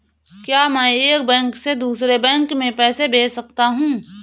क्या मैं एक बैंक से दूसरे बैंक में पैसे भेज सकता हूँ?